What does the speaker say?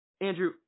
Andrew